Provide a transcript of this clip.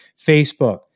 Facebook